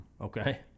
Okay